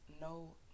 no